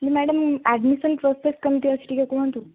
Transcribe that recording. madam admission process କେମିତି ଅଛି ଟିକେ କୁହନ୍ତୁ